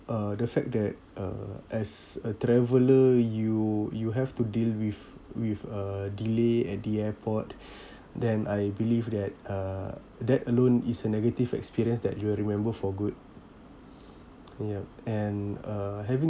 uh the fact that uh as a traveller you you have to deal with with uh delay at the airport then I believe that uh that alone is a negative experience that you will remember for good yup and uh having